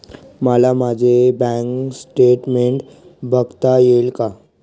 मला माझे bank statement बघता येईल का?